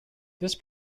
this